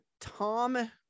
Tom